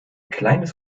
kleines